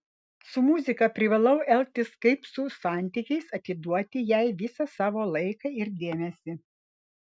su muzika privalau elgtis kaip su santykiais atiduoti jai visą savo laiką ir dėmesį